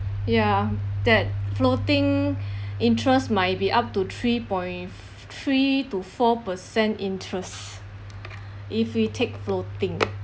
ya that floating interest might be up to three point f~ three to four percent interest if we take floating